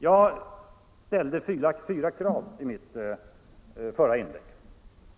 Jag ställde fyra krav i mitt förra inlägg.